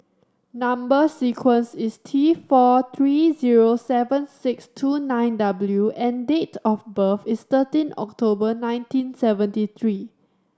number sequence is T four three zero seven six two nine W and date of birth is thirteen October nineteen seventy three